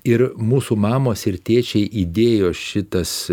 ir mūsų mamos ir tėčiai įdėjo šitas